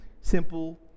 simple